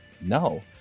no